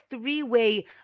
three-way